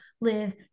live